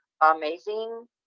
amazing